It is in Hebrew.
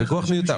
הוויכוח מיותר.